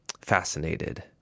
fascinated